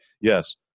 Yes